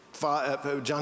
John